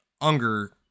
Unger